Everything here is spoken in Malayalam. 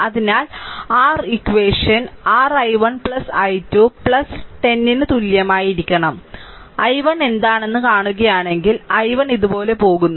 അതിനാൽ r equation r i1 i 2 1 0 ന് തുല്യമായിരിക്കണം i1 എന്താണെന്ന് കാണുകയാണെങ്കിൽ i1 ഇതുപോലെ പോകുന്നു